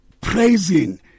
praising